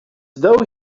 though